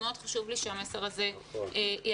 מאוד חשוב לי שהמסר הזה יעבור.